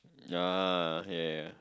uh yeah yeah yeah